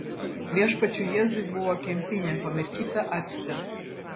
viešpačiui jėzui buvo kempinė pamirkyta acte